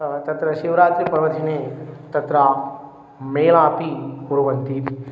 तत्र शिवरात्रिपर्वधिने तत्र मेलापि कुर्वन्ति